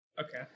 Okay